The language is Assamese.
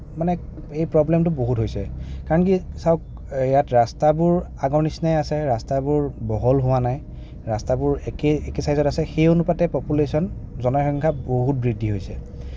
মানে এই প্ৰব্লেমটো বহুত হৈছে কাৰণ কি চাওঁক ইয়াত ৰাষ্টাবোৰ আগৰ নিচিনাই আছে ৰাষ্টাবোৰ বহল হোৱা নাই ৰাষ্টাবোৰ একেই একেই চাইজত আছে সেই অনুযায়ী পপুলেশ্যন জনসংখ্যা বহুত বৃদ্ধি হৈছে